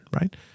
right